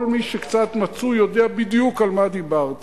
כל מי שקצת מצוי, יודע בדיוק על מה דיברתי,